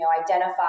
identify